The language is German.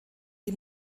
die